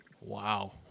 Wow